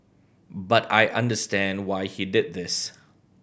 but I understand why he did this